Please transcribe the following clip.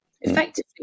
effectively